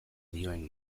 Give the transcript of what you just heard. dioen